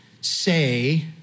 say